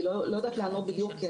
אני לא יודעת לענות בדיוק.